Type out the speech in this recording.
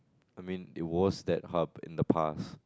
I mean it was that hub in the past